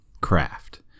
craft